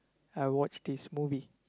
I watch this movie